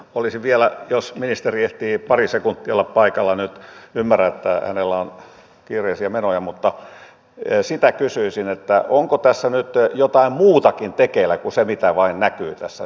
olisin vielä kysynyt jos ministeri ehtii pari sekuntia olla paikalla nyt ymmärrän että hänellä on kiireisiä menoja onko tässä nyt jotain muutakin tekeillä kuin se mitä vain näkyy tässä